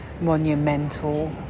monumental